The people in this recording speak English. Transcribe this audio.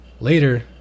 Later